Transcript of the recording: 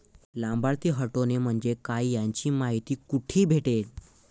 लाभार्थी हटोने म्हंजे काय याची मायती कुठी भेटन?